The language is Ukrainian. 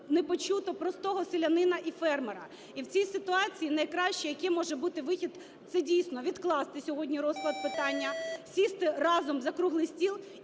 не почуто простого селянина і фермера. І в цій ситуації найкращій, який може бути вихід, це, дійсно, відкласти сьогодні розгляд питання, сісти разом за круглий стіл